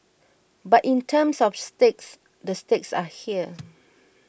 but in terms of stakes the stakes are here